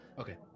Okay